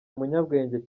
umunyabwenge